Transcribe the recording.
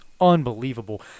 unbelievable